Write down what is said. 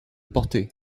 porter